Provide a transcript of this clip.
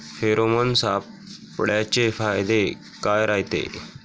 Pheromone सापळ्याचे फायदे काय रायते?